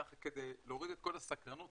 כדי להוריד את כל הסקרנות.